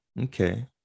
Okay